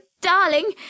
darling